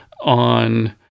on